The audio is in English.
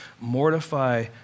mortify